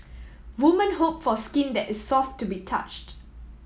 women hope for skin that is soft to be touched